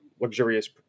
luxurious